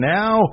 now